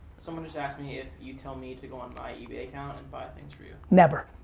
someone just asked me if you tell me to go on my ebay account and buy things for you? never.